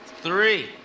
Three